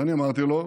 ואני אמרתי לו: